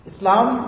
Islam